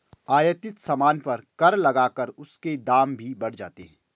आयातित सामान पर कर लगाकर उसके दाम भी बढ़ जाते हैं